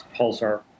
Pulsar